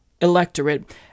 electorate